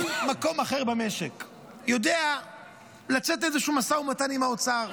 כל מקום אחר במשק יודע לצאת לאיזשהו משא ומתן עם האוצר,